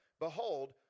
Behold